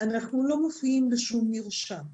אנחנו לא מופיעים בשום מרשם.